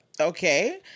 okay